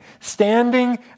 standing